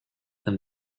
and